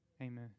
amen